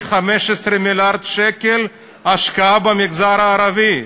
15 מיליארד שקלים השקעה במגזר הערבי.